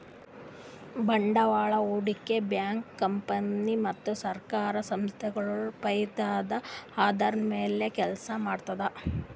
ಬಂಡವಾಳ್ ಹೂಡಿಕೆ bank company ಮತ್ತ್ ಸರ್ಕಾರ್ ಸಂಸ್ಥಾಗೊಳ್ ಫೈದದ್ದ್ ಆಧಾರದ್ದ್ ಮ್ಯಾಲ್ ಕೆಲಸ ಮಾಡ್ತದ್